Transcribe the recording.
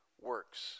works